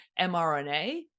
mRNA